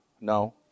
No